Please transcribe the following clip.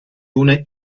una